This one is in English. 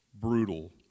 brutal